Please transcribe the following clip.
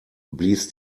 blies